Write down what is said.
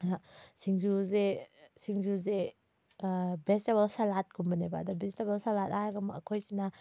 ꯁꯤꯡꯖꯨꯁꯦ ꯁꯤꯡꯖꯨꯁꯦ vegetable salad ꯀꯨꯝꯕꯅꯦꯕ ꯑꯗ ꯚꯦꯖꯤꯇꯦꯕꯜ ꯁꯥꯂꯥꯠ ꯍꯥꯏꯔꯒ ꯑꯃꯨꯛ ꯑꯩꯈꯣꯏꯁꯤꯅ